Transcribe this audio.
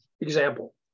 example